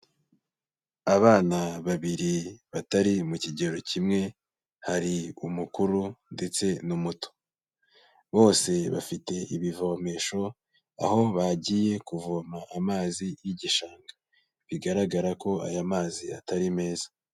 Abana babiri batari mu kigero kimwe, hari umukuru ndetse n'umuto, bose bafite ibivomesho, aho bagiye kuvoma amazi y'igishanga, bigaragara ko aya mazi atari meza.